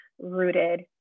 rooted